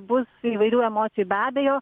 bus įvairių emocijų be abejo